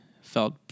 felt